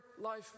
life